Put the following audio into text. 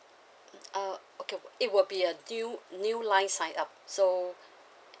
uh okay it will be a new new line sign up so